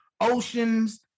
Oceans